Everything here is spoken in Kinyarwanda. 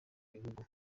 bihugu